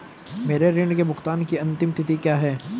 मेरे ऋण के भुगतान की अंतिम तिथि क्या है?